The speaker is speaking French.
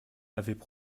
avaient